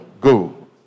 Go